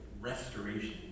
restoration